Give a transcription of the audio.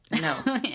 No